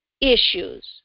Issues